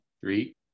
three